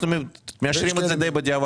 אנחנו מאשרים את זה די בדיעבד,